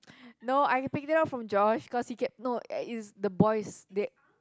no I picked it up from Josh cause he kept no uh is the boys they